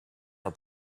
are